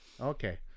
Okay